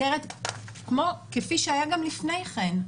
כפי שהיה גם לפני כן.